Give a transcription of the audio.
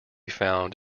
found